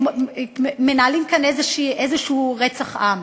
ומנהלים כאן איזשהו רצח עם.